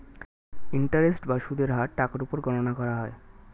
interest বা সুদের হার টাকার উপর গণনা করা হয়